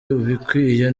ibikwiye